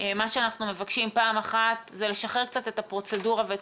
אנחנו מבקשים לשחרר קצת את הפרוצדורה ואת